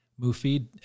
Mufid